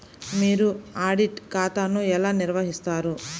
మీరు ఆడిట్ ఖాతాను ఎలా నిర్వహిస్తారు?